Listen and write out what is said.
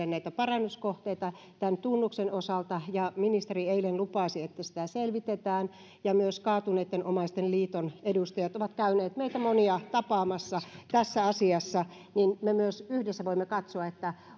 näitä parannuskohteita tämän tunnuksen osalta ja ministeri eilen lupasi että sitä selvitetään ja myös kaatuneitten omaisten liiton edustajat ovat käyneet meitä monia tapaamassa tässä asiassa niin me myös yhdessä voimme katsoa